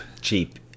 Cheap